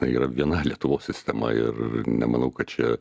yra viena lietuvos sistema ir nemanau kad čia